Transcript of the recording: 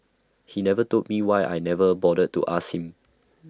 he never told me why I never bothered to ask him